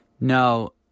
No